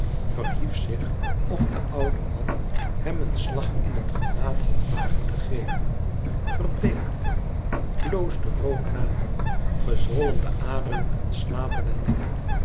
verhief zich of de oude man hem een slag in het gelaat had wagen te geven verbleekte bloosde rood na gezwollen de aderen aan slapen en nek